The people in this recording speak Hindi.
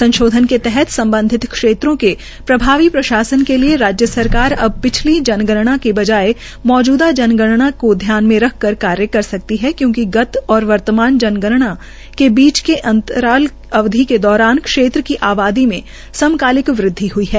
संशोधन के तहत संबंधित क्षेत्रों के प्रभावी प्रशासन के लिए राज्य सरकार अब पिछली जनगणना की बजाय मौजूदा जनगणना को ध्यान में रख कर कार्य कर सकती है क्योंकि गत और वर्तमान जनगणना के बीच की अंतराल अवधि के दौरान क्षेत्र की आबादी में समकालीक वृद्धि हुई है